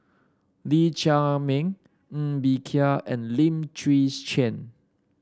Lee Chiaw Meng Ng Bee Kia and Lim Chwee Chian